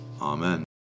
Amen